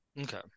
okay